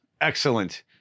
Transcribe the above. Excellent